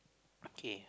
okay